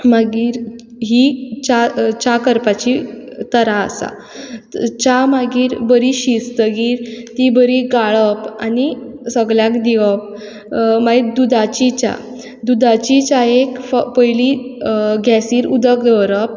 मागीर ही च्या च्या करपाची तरा आसा च्या मागीर बरी शिजतकीर ती बरी घाळप आनी सगळ्यांक दिवप मागीर दुदाची च्या दुदाची च्यायेक पयलीं गॅसीर उदक दवरप